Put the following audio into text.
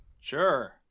Sure